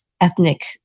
ethnic